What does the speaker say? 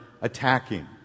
attacking